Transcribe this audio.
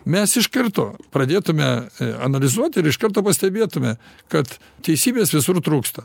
mes iš karto pradėtume analizuot ir iš karto pastebėtume kad teisybės visur trūksta